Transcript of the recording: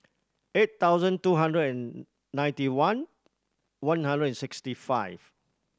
eight thousand two hundred and ninety one one hundred and sixty five